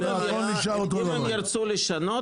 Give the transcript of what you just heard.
אם ירצו לשנות